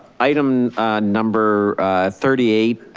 item number thirty eight,